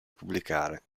pubblicare